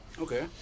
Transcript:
Okay